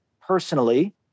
personally